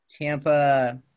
Tampa